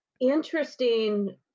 interesting